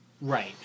Right